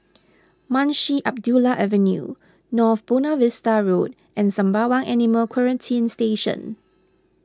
Munshi Abdullah Avenue North Buona Vista Road and Sembawang Animal Quarantine Station